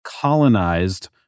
colonized